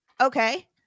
okay